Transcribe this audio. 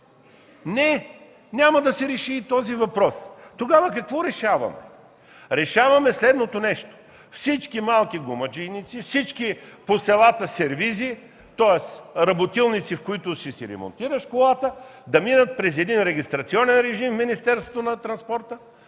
Не, няма да се реши и този въпрос. Тогава какво решаваме? Решаваме следното нещо: всички малки гумаджийници, всички сервизи по селата, тоест, работилници, в които си ремонтираш колата, да минат през един регистрационен режим в Министерство на транспорта,